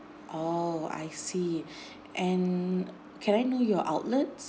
oh I see and can I know your outlets